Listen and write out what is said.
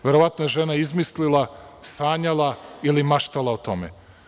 Verovatno je žena izmislila, sanjala ili maštala o tome.